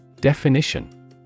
Definition